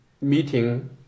meeting